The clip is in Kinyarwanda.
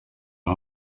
ati